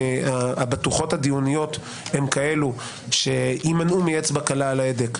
הבטוחות הדיוניות הן כאלו שיימנעו מאצבע קלה על ההדק.